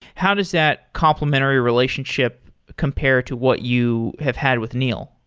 how does that complementary relationship compare to what you have had with neil?